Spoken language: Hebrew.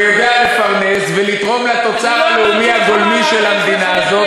ויודע לפרנס ולתרום לתוצר הלאומי הגולמי של המדינה הזאת,